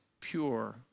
pure